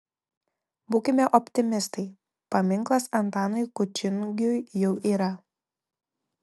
būkime optimistai paminklas antanui kučingiui jau yra